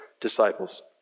disciples